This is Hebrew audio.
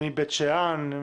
מבית שאן,